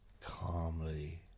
Calmly